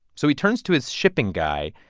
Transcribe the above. so he turns to his shipping guy.